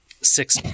six